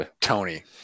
Tony